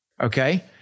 Okay